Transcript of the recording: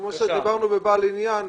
כמו שדיברנו בבעל עניין,